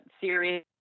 series